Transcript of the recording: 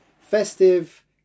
festive